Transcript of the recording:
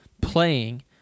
playing